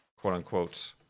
quote-unquote